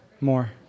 More